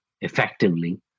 effectively